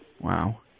Wow